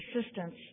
assistance